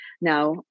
Now